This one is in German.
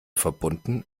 verbunden